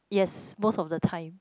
yes most of the time